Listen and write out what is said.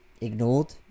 ignored